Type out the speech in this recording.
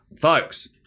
folks